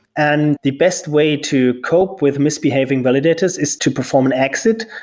and the best way to cope with misbehaving validator is to perform an exit,